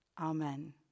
Amen